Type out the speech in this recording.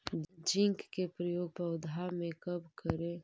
Zinc के प्रयोग पौधा मे कब करे?